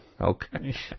Okay